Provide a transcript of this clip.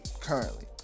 currently